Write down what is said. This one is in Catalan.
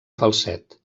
falset